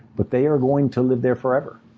but they are going to live there forever.